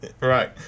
Right